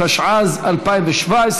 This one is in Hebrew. התשע"ז 2017,